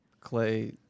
Clay